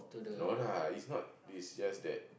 no lah it's not it's just that